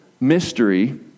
mystery